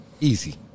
Easy